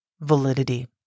validity